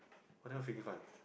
!wah! that one freaking fun